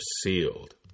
sealed